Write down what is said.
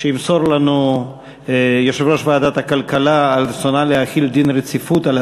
שימסור לנו יושב-ראש ועדת הכלכלה על רצונה להחיל דין רציפות על